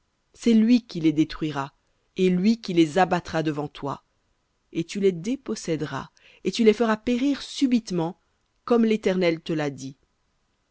c'est lui qui les détruira et lui qui les abattra devant toi et tu les déposséderas et tu les feras périr subitement comme l'éternel te l'a dit